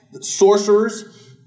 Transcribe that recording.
Sorcerers